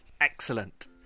Excellent